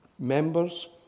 Members